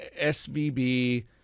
SVB